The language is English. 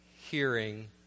hearing